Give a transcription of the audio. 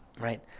right